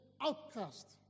outcast